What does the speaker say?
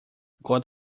god